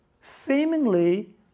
seemingly